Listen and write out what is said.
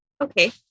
Okay